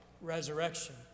resurrection